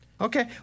Okay